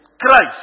Christ